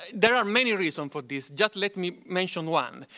there are many reasons for this. just let me mention one.